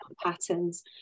patterns